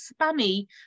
spammy